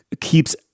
keeps